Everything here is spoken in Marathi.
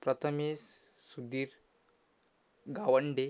प्रतमेस सुदीर गावंडे